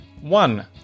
One